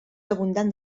abundant